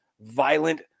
violent